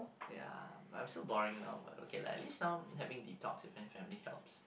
ya but I'm still boring now but okay lah at least now having deep talks with my family helps